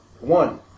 One